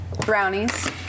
Brownies